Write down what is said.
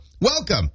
Welcome